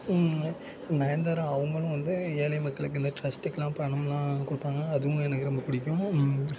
நயன்தாரா அவங்களும் வந்து ஏழை மக்களுக்கு இந்த ட்ரஸ்ட்டுக்கெலாம் பணம்லாம் கொடுப்பாங்க அதுவும் எனக்கு ரொம்ப பிடிக்கும்